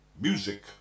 Music